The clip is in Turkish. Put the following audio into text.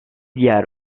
diğer